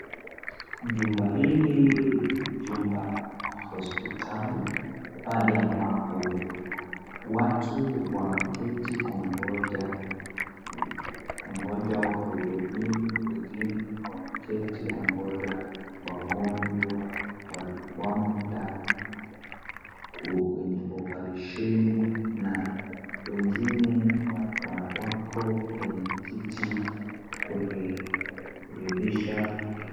Jumba hili jumba la hospitali pale ambapo watu wameketi kungoja wahudumiwe wengine wameketi kungoja wagonjwa wa ndani kwenye operesheni na wengine wako kwenye kiti kuridhisha.